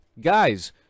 guys